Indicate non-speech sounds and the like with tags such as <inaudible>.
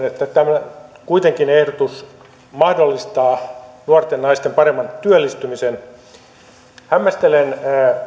<unintelligible> että kuitenkin ehdotus mahdollistaa nuorten naisten paremman työllistymisen hämmästelen